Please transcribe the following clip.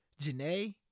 Janae